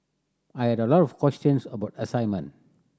I had a lot of questions about assignment